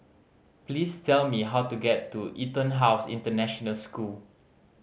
please tell me how to get to EtonHouse International School